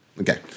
Okay